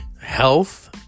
health